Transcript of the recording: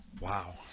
Wow